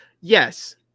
yes